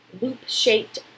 loop-shaped